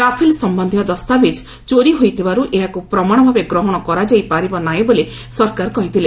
Rafale ସମ୍ଭନ୍ଧୀୟ ଦସ୍ତାବିଜ୍ ଚୋରି ହୋଇଥିବାର୍ ଏହାକୁ ପ୍ରମାଣ ଭାବେ ଗ୍ରହଣ କରାଯାଇପାରିବ ନାହିଁ ବୋଲି ସରକାର କହିଥିଲେ